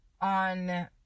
on